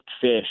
fish